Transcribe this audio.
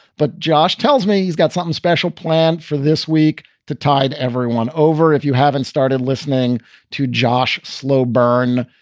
but josh tells me he's got something special planned for this week to tide everyone over if you haven't started listening to josh, slow burn.